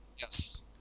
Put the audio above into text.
Yes